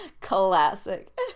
Classic